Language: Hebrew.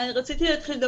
להגיד,